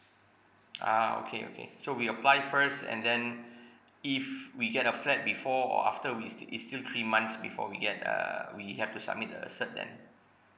ah okay okay so we apply it first and then if we get a flat before or after we it's still three months before we get uh we have to submit the cert then